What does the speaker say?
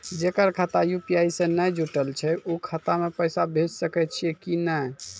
जेकर खाता यु.पी.आई से नैय जुटल छै उ खाता मे पैसा भेज सकै छियै कि नै?